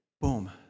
Boom